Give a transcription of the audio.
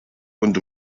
und